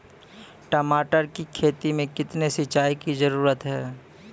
टमाटर की खेती मे कितने सिंचाई की जरूरत हैं?